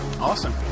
Awesome